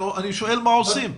אני שואל מה עושים.